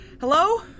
hello